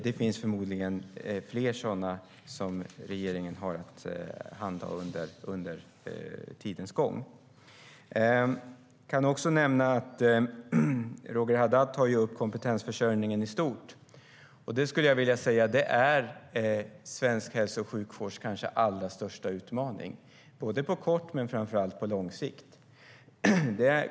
Det finns förmodligen fler sådana som regeringen har att handha med tiden. Roger Haddad tar upp kompetensförsörjningen i stort. Det är svensk hälso och sjukvårds kanske allra största utmaning både på kort och framför allt på lång sikt.